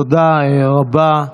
תודה רבה.